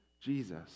Jesus